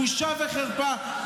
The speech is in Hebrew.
בושה וחרפה.